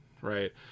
right